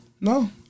no